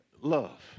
love